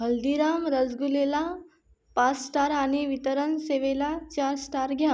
हल्दीराम रसगुल्ल्याला पाच स्टार आणि वितरण सेवेला चार स्टार घ्या